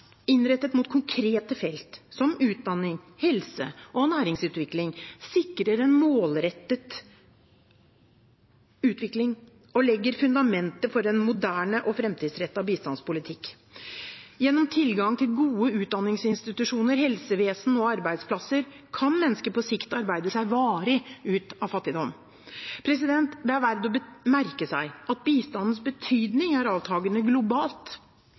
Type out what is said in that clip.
innrettet mot konkrete felt som utdanning, helse og næringsutvikling sikrer en målrettet utvikling og legger fundamentet for en moderne og fremtidsrettet bistandspolitikk. Gjennom tilgang til gode utdanningsinstitusjoner, helsevesen og arbeidsplasser kan mennesker på sikt arbeide seg varig ut av fattigdom. Det er verdt å merke seg at bistandens betydning er avtagende globalt.